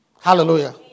Hallelujah